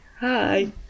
Hi